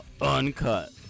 uncut